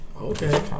Okay